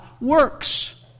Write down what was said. works